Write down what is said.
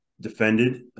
defended